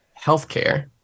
healthcare